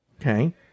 Okay